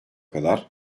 kadar